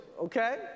okay